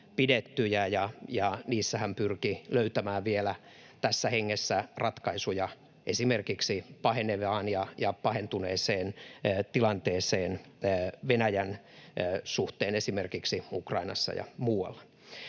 ja niissä hän pyrki löytämään vielä tässä hengessä ratkaisuja esimerkiksi pahenevaan ja pahentuneeseen tilanteeseen Venäjän suhteen esimerkiksi Ukrainassa ja muualla.